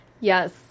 Yes